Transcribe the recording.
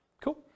Cool